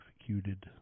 executed